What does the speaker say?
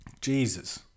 Jesus